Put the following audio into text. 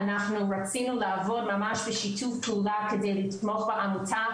אנחנו רצינו לעבוד ממש בשיתוף פעולה כדי לתמוך בעמותה,